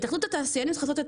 התאחדות התעשיינים צריכה לעשות את